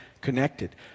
connected